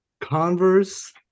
Converse